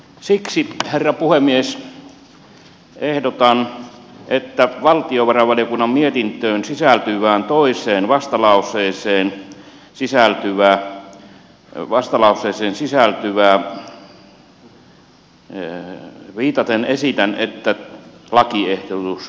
siksi herra puhemies valtiovarainvaliokunnan mietintöön sisältyvään toiseen vastalauseeseen viitaten esitän että sopimus ja lakiehdotus hylätään